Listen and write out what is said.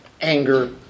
anger